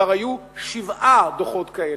כבר היו שבעה דוחות כאלה.